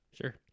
Sure